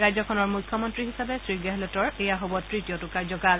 ৰাজ্যখনৰ মুখ্যমন্ত্ৰী হিচাপে শ্ৰী গেহলটৰ এইয়া হ'ব তৃতীয়টো কাৰ্যকাল